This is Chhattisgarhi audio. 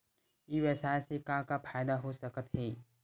ई व्यवसाय से का का फ़ायदा हो सकत हे?